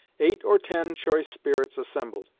eight or ten choice spirits assembled,